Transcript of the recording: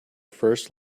first